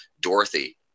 Dorothy